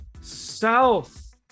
South